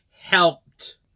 helped